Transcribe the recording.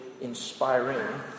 inspiring